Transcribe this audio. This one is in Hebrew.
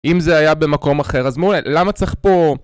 אם זה היה במקום אחר, אז מעולה, למה צריך פה...